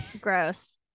Gross